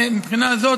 מבחינה זאת,